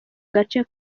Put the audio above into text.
gace